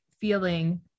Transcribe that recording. feeling